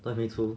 都没出